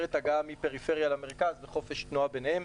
ומאפשרת הגעה מפריפריה למרכז וחופש תנועה ביניהם.